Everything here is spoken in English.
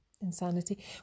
insanity